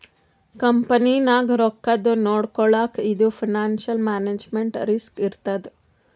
ಕಂಪನಿನಾಗ್ ರೊಕ್ಕಾದು ನೊಡ್ಕೊಳಕ್ ಇದು ಫೈನಾನ್ಸಿಯಲ್ ಮ್ಯಾನೇಜ್ಮೆಂಟ್ ರಿಸ್ಕ್ ಇರ್ತದ್